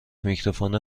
میکروفون